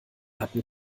hatten